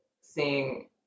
seeing